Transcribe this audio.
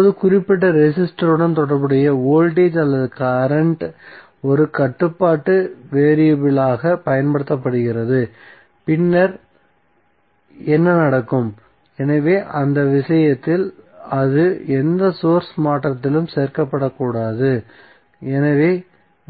இப்போது குறிப்பிட்ட ரெசிஸ்டருடன் தொடர்புடைய வோல்டேஜ் அல்லது கரண்ட் ஒரு கட்டுப்பாட்டு வேறியபிள்யாகப் பயன்படுத்தப்படுகிறதுபின்னர் என்ன நடக்கும் எனவே அந்த விஷயத்தில் அது எந்த சோர்ஸ் மாற்றத்திலும் சேர்க்கப்படக்கூடாது எனவே